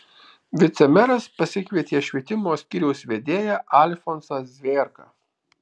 vicemeras pasikvietė švietimo skyriaus vedėją alfonsą zvėrką